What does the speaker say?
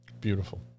Beautiful